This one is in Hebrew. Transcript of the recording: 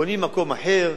בונים מקום אחר,